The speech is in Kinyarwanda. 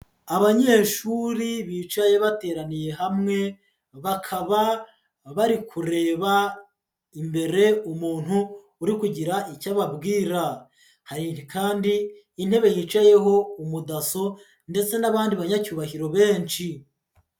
Abanyeshuri bicaye bateraniye hamwe bakaba bari kureba imbere umuntu uri kugira icyo ababwira, hari kandi intebe yicayeho umudaso ndetse n'abandi banyacyubahiro benshi.